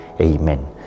Amen